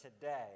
today